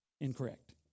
incorrect